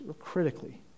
critically